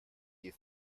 you